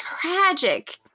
tragic